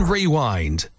Rewind